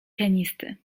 pianisty